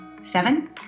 seven